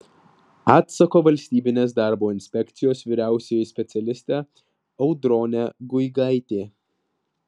atsako valstybinės darbo inspekcijos vyriausioji specialistė audronė guigaitė